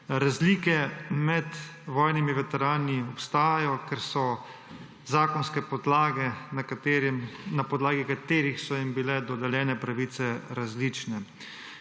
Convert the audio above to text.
Razlike med vojnimi veterani obstajajo, ker so zakonske podlage, na podlagi katerih so jim bile dodeljene pravice, različne.